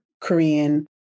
Korean